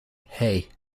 hey